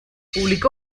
publicó